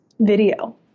video